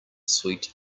sweet